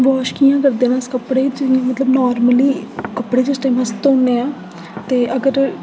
wash कि'यां करदे न अस कपड़े जि'यां कि नार्मली कपड़े जिस टाइम अस धोन्ने आं ते अगर तुस